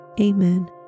Amen